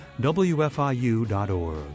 wfiu.org